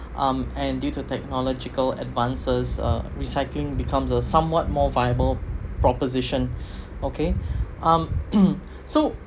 um and due to technological advances uh recycling becomes a somewhat more viable proposition okay um so